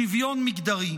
שוויון מגדרי,